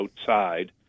outside